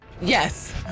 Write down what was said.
Yes